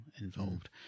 involved